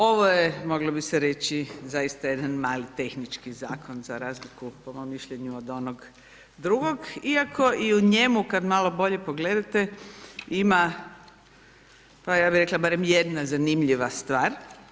Ovo je moglo bi se reći, zaista jedan mali tehnički zakon, za razliku, po mom mišljenju od onog drugog, iako i u njemu kada malo bolje pogledate, ima, pa ja bi rekla barem jedna zanimljiva stvar.